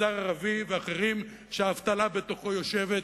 מגזר ערבי ואחרים, שהאבטלה בתוכם יושבת.